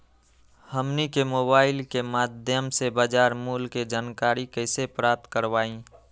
हमनी के मोबाइल के माध्यम से बाजार मूल्य के जानकारी कैसे प्राप्त करवाई?